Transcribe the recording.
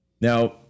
Now